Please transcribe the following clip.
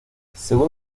según